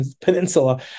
peninsula